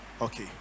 Okay